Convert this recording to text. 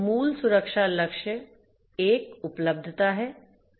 मूल सुरक्षा लक्ष्य 1 उपलब्धता हैं